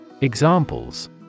Examples